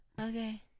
Okay